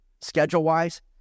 schedule-wise